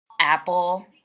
Apple